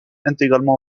intégralement